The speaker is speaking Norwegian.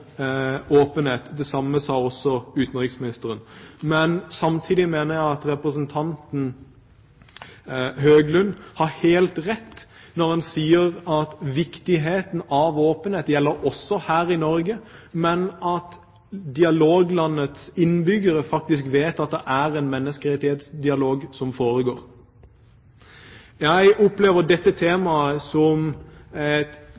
åpenhet. Det samme sa utenriksministeren. Men samtidig mener jeg at representanten Høglund har helt rett når han sier at viktigheten av åpenhet gjelder også her i Norge, men at dialoglandets innbyggere faktisk må få vite at det er en menneskerettighetsdialog som foregår. Jeg opplever dette